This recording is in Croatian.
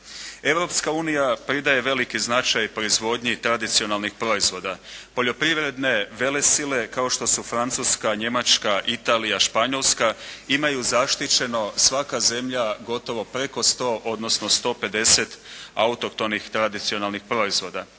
Europska unija pridaje veliki značaj proizvodnji tradicionalnih proizvoda. Poljoprivredne velesile kao što su Francuska, Njemačka, Italija, Španjolska imaju zaštićeno svaka zemlja gotovo preko 100, odnosno 150 autohtonih tradicionalnih proizvoda.